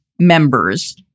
members